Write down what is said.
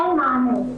אין מענה.